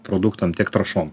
produktam tiek trąšom